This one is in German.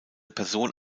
person